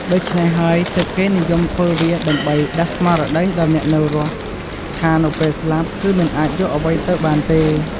ដូច្នេះហើយទើបគេនិយមធ្វើវាដើម្បីដាស់ស្មារតីដល់អ្នកនៅរស់ថានៅពេលស្លាប់គឺមិនអាចយកអ្វីទៅបានទេ។